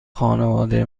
خانواده